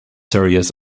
series